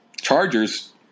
Chargers